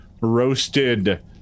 roasted